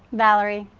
valerie.